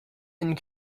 and